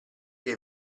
che